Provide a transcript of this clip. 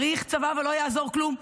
צריך צבא, ולא יעזור כלום.